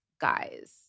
guys